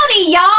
Y'all